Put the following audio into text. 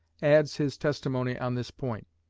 adds his testimony on this point.